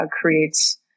creates